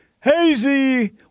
Hazy